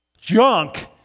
junk